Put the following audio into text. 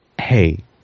Hey